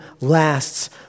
lasts